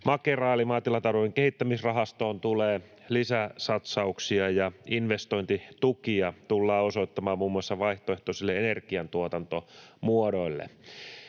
Maatilatalouden kehittämisrahastoon tulee lisäsatsauksia, ja investointitukia tullaan osoittamaan muun muassa vaihtoehtoisille energiantuotantomuodoille.